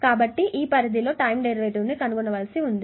కాబట్టి ఈ పరిధి లో టైం డెరివేటివ్ని కనుగొనవలసి ఉంది